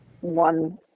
one